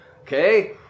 Okay